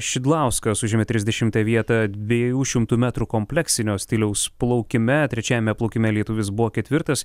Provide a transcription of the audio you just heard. šidlauskas užėmė trisdešimąją vietą dviejų šimtų metrų kompleksinio stiliaus plaukime trečiajame plaukime lietuvis buvo ketvirtas